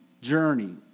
journey